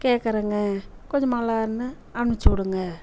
கேட்குறங்க கொஞ்ச மலார்னு அனுப்பிச்சுடுங்க